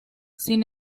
sin